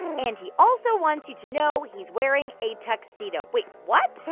and he also wants you to know he's wearing a tuxedo. wait. what?